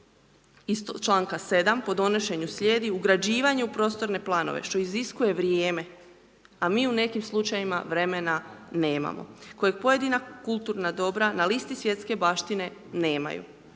članka 7. po donošenju slijedi, ugrađivanje u prostorne planove što iziskuje vrijeme, a mi u nekim slučajevima vremena nemamo kojeg pojedina kulturna dobra na listi svjetske baštine nemaju.